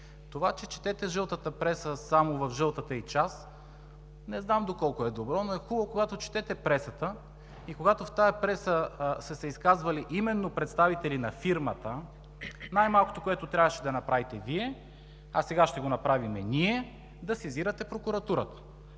Това, че четете жълтата преса само в жълтата ѝ част, не знам доколко е добро, но е хубаво, когато четете пресата и когато в тази преса са се изказвали именно представители на фирмата, най-малкото, което трябваше да направите Вие, а сега ще го направим ние, е да сезирате прокуратурата.